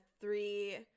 three